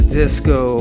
disco